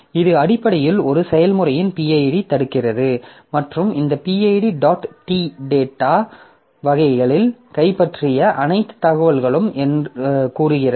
இது அடிப்படையில் ஒரு செயல்முறையின் pid தடுக்கிறது மற்றும் இந்த pid dot t டேட்டா வகைகளில் கைப்பற்றிய அனைத்து தகவல்களும் என்று கூறுகிறது